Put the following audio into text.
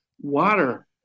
water